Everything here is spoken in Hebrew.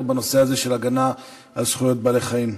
בנושא הזה של הגנה על זכויות בעלי-חיים.